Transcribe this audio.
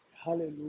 Hallelujah